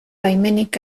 baimenik